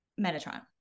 Metatron